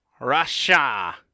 Russia